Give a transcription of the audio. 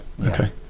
Okay